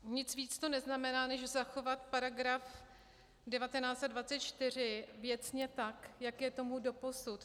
Nic víc to neznamená, než zachovat paragraf 19 a 24 věcně tak, jak je tomu doposud.